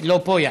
מיש הון, לא פה,